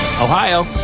Ohio